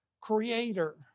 creator